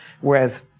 whereas